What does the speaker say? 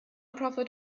profit